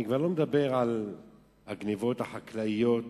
אני כבר לא מדבר על הגנבות החקלאיות